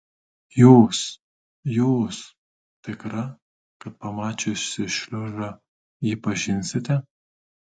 jūs jūs tikra kad pamačiusi šliuzą jį pažinsite